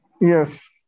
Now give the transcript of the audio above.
Yes